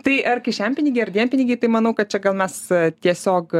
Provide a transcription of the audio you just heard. tai ar kišenpinigiai ar dienpinigiai tai manau kad čia gal mes tiesiog